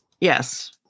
Yes